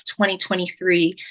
2023